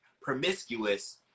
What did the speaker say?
promiscuous